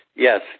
Yes